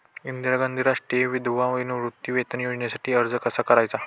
इंदिरा गांधी राष्ट्रीय विधवा निवृत्तीवेतन योजनेसाठी अर्ज कसा करायचा?